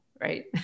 right